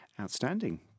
outstanding